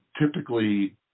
typically